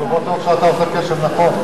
אני לא בטוח שאתה עושה קשר נכון.